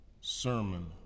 Sermon